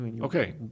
Okay